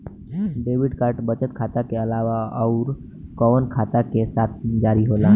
Debit card बचत खाता के अलावा अउरकवन खाता के साथ जारी होला?